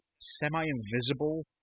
semi-invisible